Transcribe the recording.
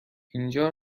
اینجا